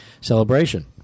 Celebration